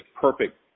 Perfect